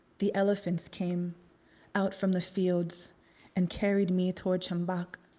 the elephants came out from the fields and carried me toward chambok,